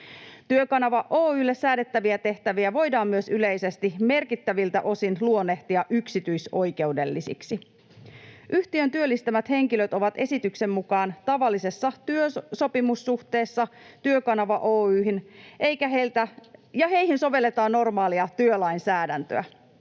Työkanava Oy:lle säädettäviä tehtäviä voidaan myös yleisesti merkittäviltä osin luonnehtia yksityisoikeudellisiksi. Yhtiön työllistämät henkilöt ovat esityksen mukaan tavallisessa työsopimussuhteessa Työkanava Oy:hyn, ja heihin sovelletaan normaalia työlainsäädäntöä.